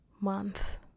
month